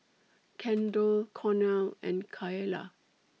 Kendall Cornel and Kaela